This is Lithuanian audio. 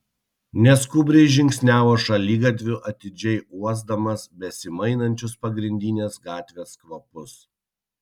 neskubriai žingsniavo šaligatviu atidžiai uosdamas besimainančius pagrindinės gatvės kvapus